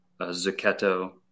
zucchetto